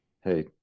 hey